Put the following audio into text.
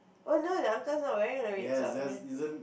oh no the uncle's not wearing a red sock okay